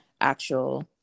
actual